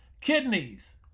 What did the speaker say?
Kidneys